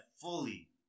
fully